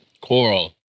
coral